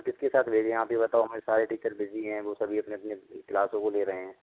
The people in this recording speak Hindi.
किसके साथ भेजें आप ये बताओ हमारे सारे टीचर बिजी हैं वो सभी अपने अपने क्लासों को ले रहे हैं